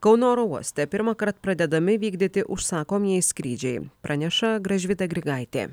kauno oro uoste pirmąkart pradedami vykdyti užsakomieji skrydžiai praneša gražvyda grigaitė